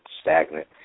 stagnant